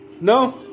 No